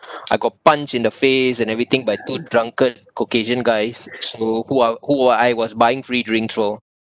I got punched in the face and everything by two drunkard caucasian guys who who are who I was buying free drinks for